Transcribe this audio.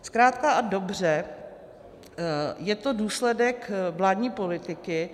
Zkrátka a dobře je to důsledek vládní politiky.